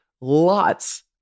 lots